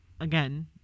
again